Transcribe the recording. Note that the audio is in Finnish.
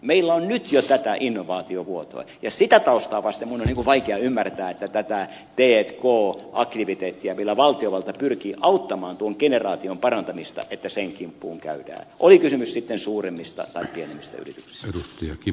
meillä on nyt jo tätä innovaatiovuotoa ja sitä taustaa vasten minun on vaikea ymmärtää että käydään tämän t k aktiviteetin kimppuun jolla valtiovalta pyrkii auttamaan tuon generaation parantamista että sen kimppuun käy ja oli kysymys sitten suuremmista tai pienemmistä yrityksistä